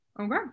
okay